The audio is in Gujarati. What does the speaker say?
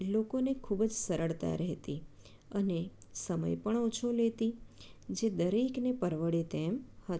લોકોને ખૂબ જ સરળતા રહેતી અને સમય પણ ઓછો લેતી જે દરેકને પરવડે તેમ હતું